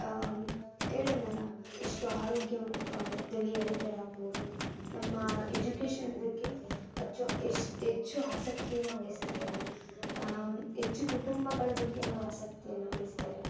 ಹೇಳಿದ್ನಲ್ಲ ಎಷ್ಟು ಆರೋಗ್ಯವು ದಲ್ಲಿ ಏರುಪೇರಾಗ್ಬೋದು ನಮ್ಮ ಎಜುಕೇಶನ್ ಬಗ್ಗೆ ಅಚ್ಚು ಹೆಚ್ಚು ಆಸಕ್ತಿಯನ್ನು ವಹಿಸ್ತಾ ಇಲ್ಲ ಹೆಚ್ಚು ಕುಟುಂಬಗಳ ಬಗ್ಗೆ ನಾವು ಆಸಕ್ತಿಯನ್ನು ವಹಿಸ್ತಾ ಇಲ್ಲ